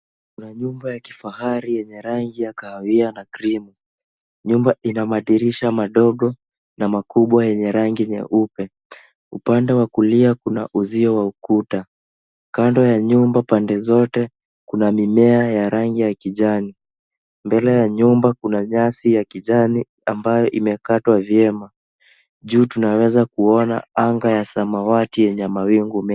Kuna nyumba ya kifahari yenye rangi ya kahawia na krimu. Nyumba ina madirisha madogo na makubwa yenye rangi nyeupe. Upande wa kuliakuna uzio wa ukuta. Kando ya nyumba, pande zote, kuna mimea ya rangi ya kijani. Mbele ya nyumba kuna nyasi ya kijani ambayo imekatwa vyema. Juu tunaweza kuona anga ya samawati yenye mawingu mengi.